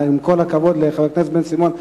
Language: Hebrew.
עם כל הכבוד לחבר הכנסת בן-סימון,